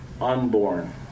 unborn